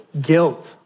Guilt